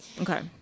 Okay